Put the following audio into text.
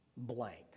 blank